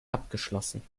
abgeschlossen